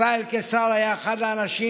ישראל קיסר היה אחד האנשים